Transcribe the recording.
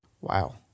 Wow